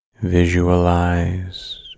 Visualize